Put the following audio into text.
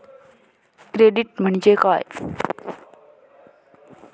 Credit म्हणजे काय?